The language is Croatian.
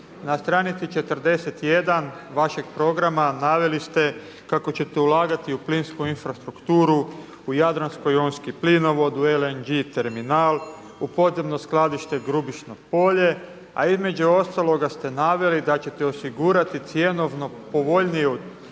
Na stranici 41. vašeg programa naveli ste kako ćete ulagati u plinsku infrastrukturu, u Jadransko-jonski plinovod, u LNG terminal, u podzemno skladište Grubišno polje, a između ostaloga ste naveli da ćete osigurati cjenovno povoljniju